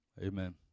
Amen